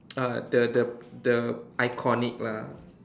ah the the the iconic lah